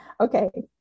Okay